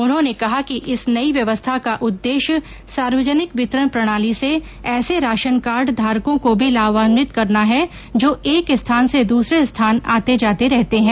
उन्होंने कहा कि इस नई व्यवस्था का उद्देश्य सार्वजनिक वितरण प्रणाली से ऐसे राशन कार्ड धारकों को भी लाभान्वित करना है जो एक स्थान से दूसरे स्थान आते जाते रहते हैं